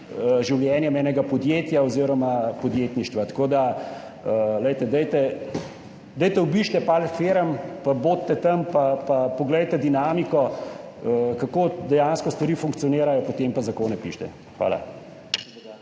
življenjem enega podjetja oziroma podjetništva. Tako da obiščite par firm, bodite tam in poglejte dinamiko, kako dejansko stvari funkcionirajo, potem pa pišite zakone. Hvala.